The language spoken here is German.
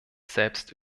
selbst